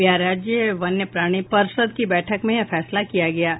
बिहार राज्य वन्यप्राणी पर्षद की बैठक में यह फैसला किया गया है